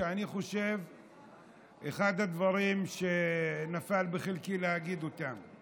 שאני חושב שזה אחד הדברים שנפל בחלקי להגיד אותם.